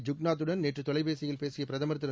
ஐூக்நாத்துடன் நேற்று தொலைபேசியில் பேசிய பிரதமர் திரு